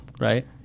Right